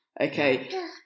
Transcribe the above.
okay